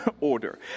order